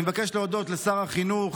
אני מבקש להודות לשר החינוך,